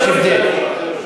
יש הבדל.